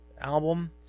album